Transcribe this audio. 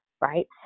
right